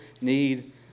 need